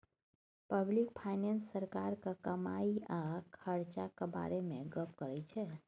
public finance सरकारक कमाई आ खरचाक बारे मे गप्प करै छै